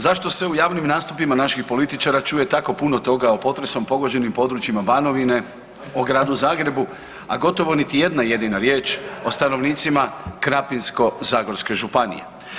Zašto se u javnim nastupima naših političara čuje tako puno toga o potresom pogođenim područjima Banovine, o gradu Zagrebu, a gotovo niti jedna jedina riječ o stanovnicima Krapinsko-zagorske županije?